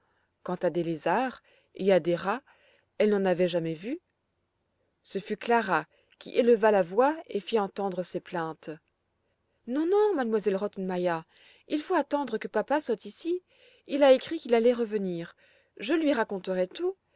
quant à des lézards et à des rats elle n'en avait jamais vu ce fut clara qui éleva la voix et fit entendre ses plaintes non non m elle rottenmeier il faut attendre que papa soit ici il a écrit qu'il allait revenir je lui raconterai tout